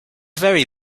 very